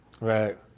right